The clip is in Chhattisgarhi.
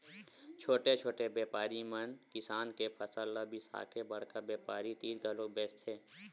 छोटे छोटे बेपारी मन किसान के फसल ल बिसाके बड़का बेपारी तीर घलोक बेचथे